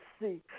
see